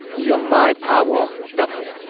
your mind power double.